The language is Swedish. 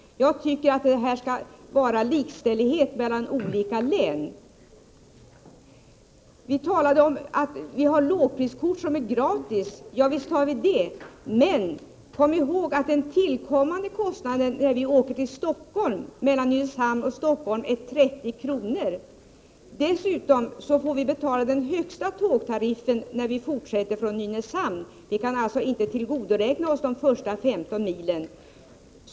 Jag tycker det skall vara likställighet mellan olika län i det avseendet. Här har talats om att vi har lågpriskort som är gratis. Ja, visst har vi det. Men kom ihåg att den tillkommande kostnaden, när vi åker till Stockholm, mellan Nynäshamn och Stockholm är 30 kr. Dessutom får vi betala den högsta tågtariffen när vi fortsätter från Nynäshamn. Vi kan alltså inte tillgodoräkna oss de första 15 milen.